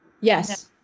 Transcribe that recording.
yes